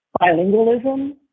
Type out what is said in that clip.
bilingualism